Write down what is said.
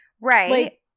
right